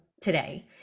today